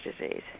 disease